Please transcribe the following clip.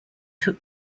took